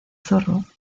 zorro